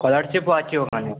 স্কলারশিপও আছে ওখানে